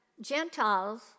Gentiles